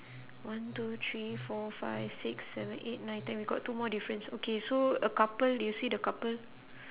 one two three four five six seven eight nine ten we got two more difference okay so a couple do you see the couple